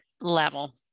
level